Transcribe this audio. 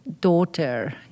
daughter